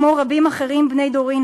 כמו רבים אחרים בני דורי,